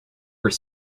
were